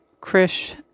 Krish